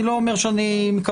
אני לא אומר שאני מקבל.